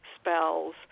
spells